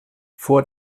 vor